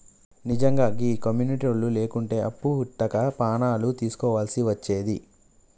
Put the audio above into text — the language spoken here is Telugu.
నిజ్జంగా గీ కమ్యునిటోళ్లు లేకుంటే అప్పు వుట్టక పానాలు దీస్కోవల్సి వచ్చేది